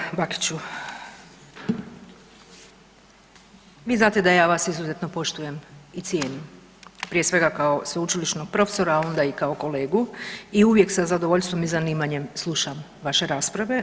Kolega Bakiću, vi znate da ja vas izuzetno poštujem i cijenim prije svega kao sveučilišnog profesora, a onda i kao kolegu i uvijek sa zadovoljstvom i zanimanjem slušam vaše rasprave.